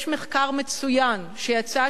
יש מחקר מצוין שיצא,